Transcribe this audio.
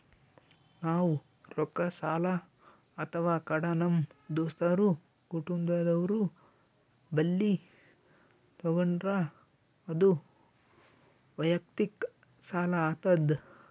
ನಾವ್ ರೊಕ್ಕ ಸಾಲ ಅಥವಾ ಕಡ ನಮ್ ದೋಸ್ತರು ಕುಟುಂಬದವ್ರು ಬಲ್ಲಿ ತಗೊಂಡ್ರ ಅದು ವಯಕ್ತಿಕ್ ಸಾಲ ಆತದ್